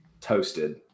toasted